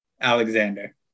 Alexander